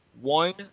One